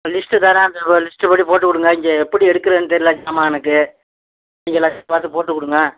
list தரேன் அந்த லிஸ்ட்ப்படி போட்டு விடுங்க இங்கே எப்படி எடுக்கிறதுனு தெரியல ஜாமானுக்கு இந்த லிஸ்ட்டு பார்த்து போட்டுக்கொடுங்க